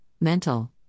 mental